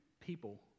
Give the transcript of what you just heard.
people